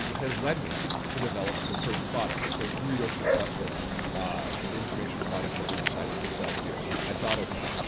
has led me to develop the first product, the first real successful information product that we decided to sell here at dottotech.